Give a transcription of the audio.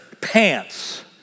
pants